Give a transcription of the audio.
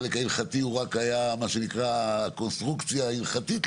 בדיון הקודם התברר לנו